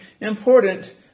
important